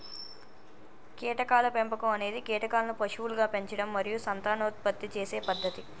కీటకాల పెంపకం అనేది కీటకాలను పశువులుగా పెంచడం మరియు సంతానోత్పత్తి చేసే పద్ధతి